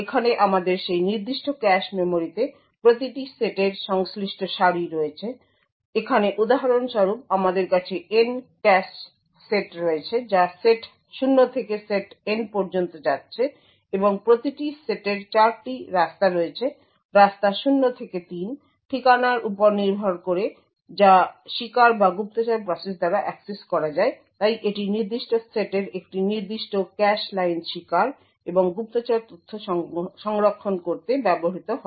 এখানে আমাদের সেই নির্দিষ্ট ক্যাশ মেমরিতে প্রতিটি সেটের সংশ্লিষ্ট সারি রয়েছে সুতরাং এখানে উদাহরণ স্বরূপ আমাদের কাছে N ক্যাশ সেট রয়েছে যা সেট 0 থেকে সেট N পর্যন্ত যাচ্ছে এবং প্রতিটি সেটের 4 টি রাস্তা রয়েছে রাস্তা 0 থেকে 3 ঠিকানার উপর নির্ভর করে যা শিকার বা গুপ্তচর প্রসেস দ্বারা অ্যাক্সেস করা যায় তাই একটি নির্দিষ্ট সেটের একটি নির্দিষ্ট ক্যাশ লাইন শিকার এবং গুপ্তচর তথ্য সংরক্ষণ করতে ব্যবহৃত হয়